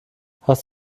hast